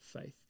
faith